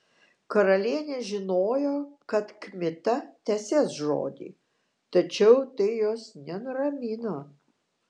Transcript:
karalienė žinojo kad kmita tesės žodį tačiau tai jos nenuramino